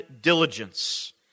diligence